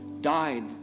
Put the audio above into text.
died